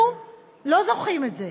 אנחנו לא זוכים בזה.